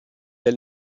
nel